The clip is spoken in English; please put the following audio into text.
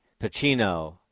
Pacino